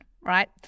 right